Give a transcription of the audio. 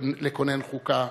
לכונן חוקה,